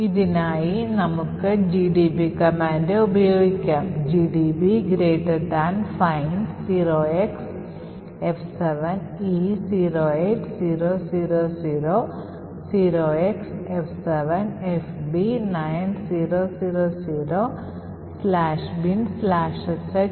ഇതിനായി നമുക്ക് GDB command ഇങ്ങിനെ ഉപയോഗിക്കാം gdb find 0xF7E08000 0xF7FB9000 "binsh"